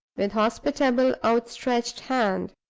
with hospitable, outstretched hand.